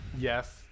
Yes